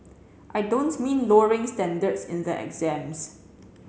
I don't mean lowering standards in the exams